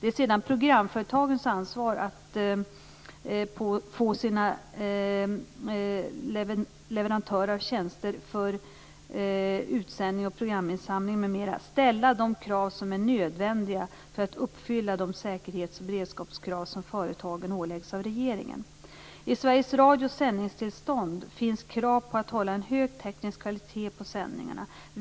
Det är sedan programföretagens ansvar att på sina leverantörer av tjänster för utsändning och programinsamling m.m. ställa de krav som är nödvändiga för att uppfylla de säkerhets och beredskapskrav som företagen åläggs av regeringen. I Sveriges Radios sändningstillstånd finns krav på att hålla en hög teknisk kvalitet på sändningarna.